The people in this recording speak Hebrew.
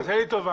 עשה לי טובה,